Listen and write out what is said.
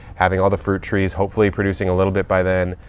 having all the fruit trees hopefully producing a little bit by then,